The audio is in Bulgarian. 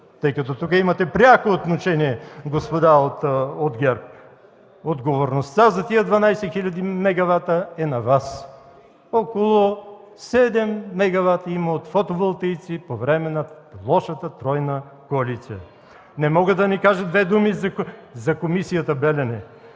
тъй като тук имате пряко отношение, господа от ГЕРБ, отговорността за тези 12 хил. мегавата е на Вас. Около 7 мегавата има от фотоволтаици по време на лошата тройна коалиция. Не мога да не кажа две думи и за Комисията „Белене”.